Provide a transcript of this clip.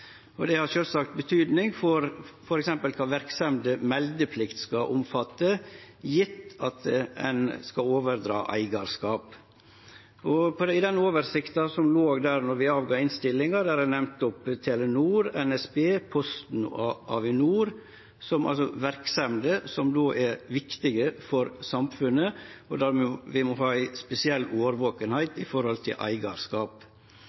hjemmesider.» Det har sjølvsagt betyding for f.eks. kva verksemder meldeplikta skal omfatte, gjeve at ein skal overdra eigarskap. I den oversikta som låg der då vi la fram innstillinga, er det nemnt Telenor, NSB, Posten og Avinor, som altså er verksemder som er viktige for samfunnet, og der vi må vere spesielt årvakne når det gjeld eigarskap.